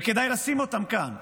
וכדאי לשים אותם כאן: